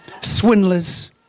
Swindlers